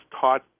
taught